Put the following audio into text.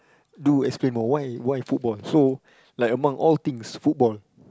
do explain more why why football so like among all things football